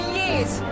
years